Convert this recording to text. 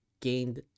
gained